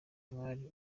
mwari